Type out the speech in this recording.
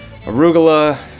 arugula